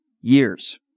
years